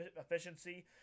efficiency